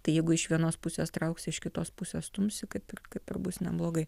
tai jeigu iš vienos pusės trauksi iš kitos pusės stumsi kad kaip kaip ir bus neblogai